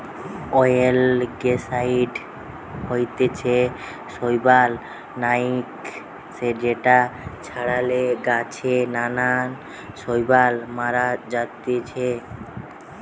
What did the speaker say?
অয়েলগেসাইড হতিছে শৈবাল নাশক যেটা ছড়ালে গাছে নানান শৈবাল মারা জাতিছে